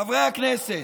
חברי הכנסת,